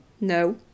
no